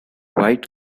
white